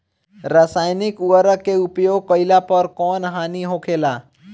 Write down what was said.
रसायनिक उर्वरक के उपयोग कइला पर कउन हानि होखेला?